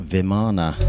Vimana